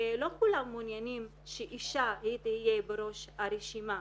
ולא כולם מעוניינים שאישה תהיה בראש הרשימה.